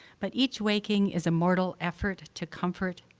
but each waking is a mortal effort to comfort